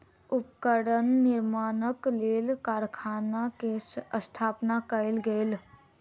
उपकरण निर्माणक लेल कारखाना के स्थापना कयल गेल